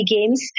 Games